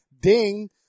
ding